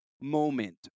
moment